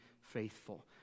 faithful